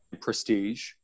prestige